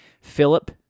Philip